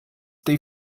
they